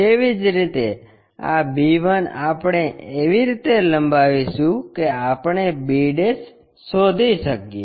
તેવી જ રીતે આ b 1 આપણે એવી રીતે લંબાવિશું કે આપણે b શોધી શકીએ